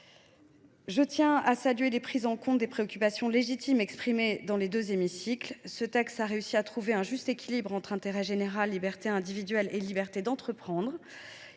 enfin à saluer la prise en compte des préoccupations légitimes exprimées dans les deux hémicycles. La commission mixte paritaire a permis de trouver un juste équilibre entre intérêt général, liberté individuelle et liberté d’entreprendre.